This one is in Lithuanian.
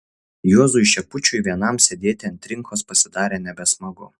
juozui šepučiui vienam sėdėti ant trinkos pasidarė nebesmagu